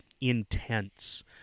intense